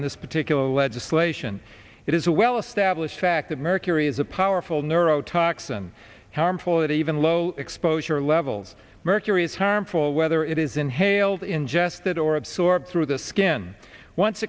on this particular legislation it is a well established fact that mercury is a powerful neuro toxin harmful it even low exposure levels mercury is harmful whether it is inhaled ingested or absorption of the skin once